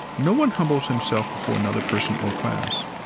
no one humbles himself before another person or class.